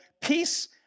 peace